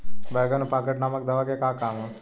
बैंगन में पॉकेट नामक दवा के का काम ह?